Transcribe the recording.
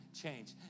change